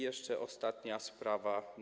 Jeszcze ostatnia sprawa.